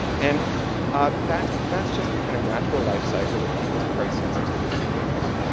and ah that's that's just the kind of natural life-cycle of people's price sensitivity to works.